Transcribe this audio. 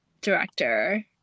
director